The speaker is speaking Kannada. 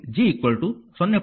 ಆದ್ದರಿಂದ ಇದು ವಾಸ್ತವವಾಗಿ G 0